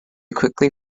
quickly